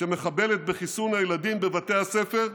שמחבלת בחיסון הילדים בבתי הספר?